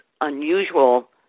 unusual